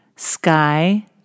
Sky